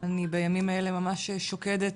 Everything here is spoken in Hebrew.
אני בימים אלה ממש שוקדת,